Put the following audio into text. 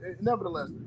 nevertheless